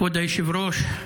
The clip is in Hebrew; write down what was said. כבוד היושב-ראש,